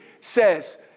says